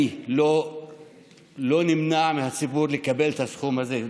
אני, לא נמנע מהציבור לקבל את הסכום הזה.